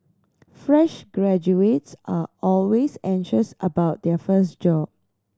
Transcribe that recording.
fresh graduates are always anxious about their first job